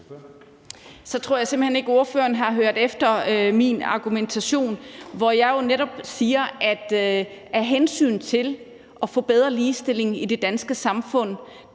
Så tror jeg simpelt hen ikke, spørgeren har hørt min argumentation, hvor jeg jo netop siger, at af hensyn til at få bedre ligestilling i det danske samfund